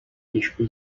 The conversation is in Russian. точку